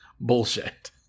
bullshit